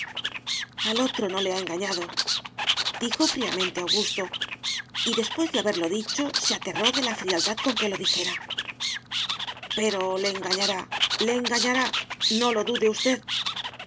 al otro no le ha engañado dijo fríamente augusto y después de haberlo dicho se aterró de la frialdad con que lo dijera pero le engañará le engañará no lo dude usted